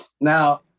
Now